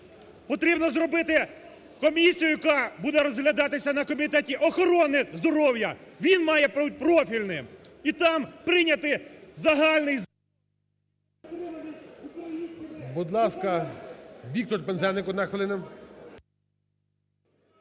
Потрібно зробити комісію, яка буде розглядати на Комітеті охорони здоров'я, він має профільним. І там прийняти загальний… ГОЛОВУЮЧИЙ. Будь ласка, Віктор Пинзеник, одна хвилина.